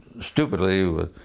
stupidly